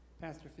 Pastor